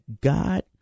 God